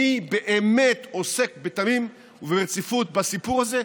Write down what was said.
מי עוסק באמת ובתמים וברציפות בסיפור הזה,